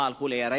מה, הלכו לירח?